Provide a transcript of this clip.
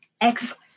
excellent